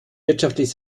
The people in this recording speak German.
wirtschaftlich